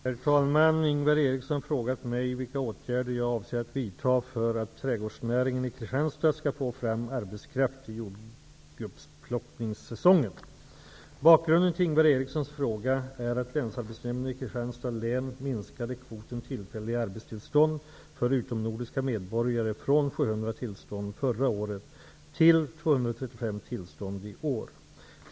Herr talman! Ingvar Eriksson har frågat mig vilka åtgärder jag avser vidta för att trädgårdsnäringen i Kristianstad skall få fram arbetskraft till jordgubbsplockningssäsongen. Bakgrunden till Ingvar Erikssons fråga är att tillstånd i år.